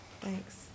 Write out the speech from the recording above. Thanks